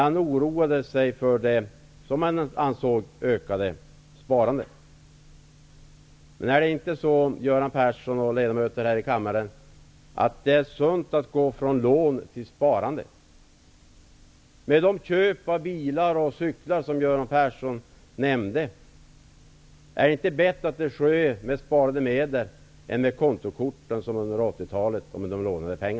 Han oroade sig för det, som han ansåg, ökade sparandet. Är det inte, Göran Persson och ledamöter här i kammaren, sunt att gå från lån till sparande? De köp av bilar och cyklar som Göran Persson nämnde, är det inte bättre att de sker med sparade medel än med kontokort och lånade pengar, som under 80-talet?